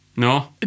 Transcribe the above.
No